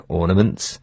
ornaments